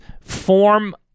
form